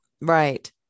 Right